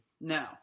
No